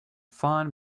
fun